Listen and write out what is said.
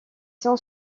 sont